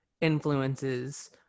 influences